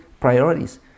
priorities